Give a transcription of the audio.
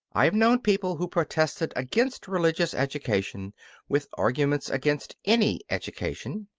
i have known people who protested against religious education with arguments against any education,